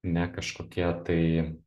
ne kažkokie tai